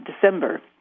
December